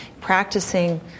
practicing